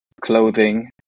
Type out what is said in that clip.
clothing